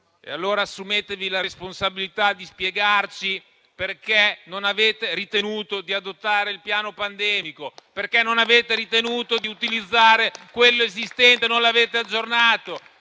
*(FdI)*. Assumetevi la responsabilità di spiegarci perché non avete ritenuto di adottare il piano pandemico, perché non avete ritenuto di utilizzare quello esistente e non l'avete aggiornato.